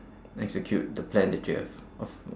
execute the plan that you have